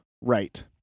right